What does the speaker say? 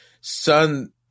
son